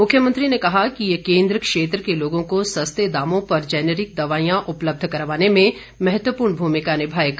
मुख्यमंत्री ने कहा कि यह केंद्र क्षेत्र के लोगों को सस्ते दामों पर जेनेरिक दवाइयां उपलब्ध करवाने में महत्वपूर्ण भूमिका निभाएगा